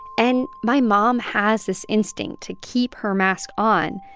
and my mom has this instinct to keep her mask on,